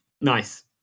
Nice